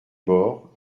bords